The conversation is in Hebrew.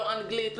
לא אנגלית,